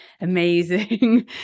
amazing